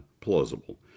plausible